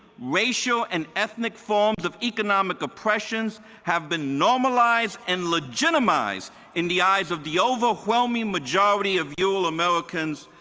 racial and ethnic forms of economic oppression have been normalizeed and legitimized in the eyes of the overwhelming majority of euro americans,